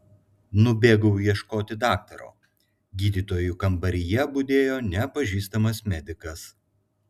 nubėgau ieškoti daktaro gydytojų kambaryje budėjo nepažįstamas medikas